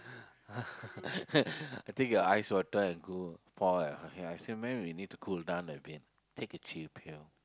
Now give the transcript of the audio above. I take a ice water and go pour at her head I said madam you need to cool down a bit take a chill pill